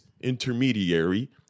intermediary